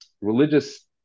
religious